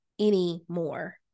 anymore